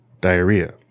diarrhea